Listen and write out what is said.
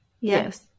Yes